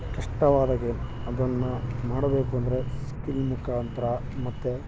ಕಷ್ಟವಾದ ಗೇಮ್ ಅದನ್ನು ಮಾಡಬೇಕು ಅಂದರೆ ಸ್ಕಿಲ್ ಮುಖಾಂತರ ಮತ್ತು